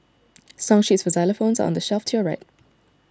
song sheets for xylophones are on the shelf to your right